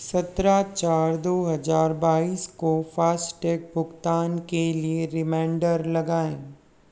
सत्रह चार दो हजार बाईस को फास्टैग भुगतान के लिए रिमाइंडर लगाएँ